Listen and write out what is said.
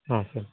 ହଁ ସାର୍